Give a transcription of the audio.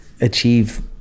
achieve